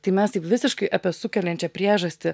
tai mes taip visiškai apie sukeliančią priežastį